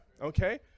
Okay